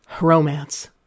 Romance